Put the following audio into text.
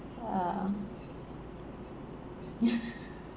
ah